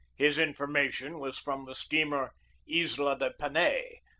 his infor mation was from the steamer isla de panay,